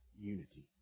unity